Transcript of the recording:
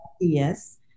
yes